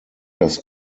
das